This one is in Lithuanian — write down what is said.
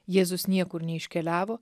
jėzus niekur neiškeliavo